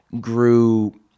grew